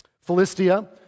Philistia